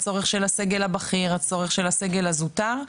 של הסגל הבכיר והצורך של הסגל הזוטר,